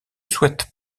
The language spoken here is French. souhaite